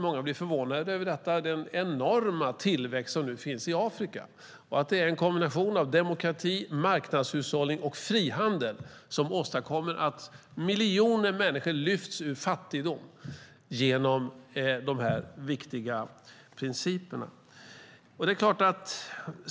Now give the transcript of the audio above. Många blir förvånade över den enorma tillväxten i Afrika. Det är en kombination av demokrati, marknadshushållning och frihandel som åstadkommer att miljoner människor lyfts ur fattigdom med hjälp av dessa viktiga principer.